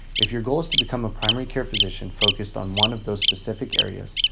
if your goal is to become a primary care physician focused on one of those specific areas,